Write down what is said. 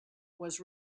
was